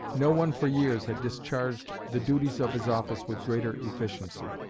no one for years had discharged the duties of his office with greater efficiency.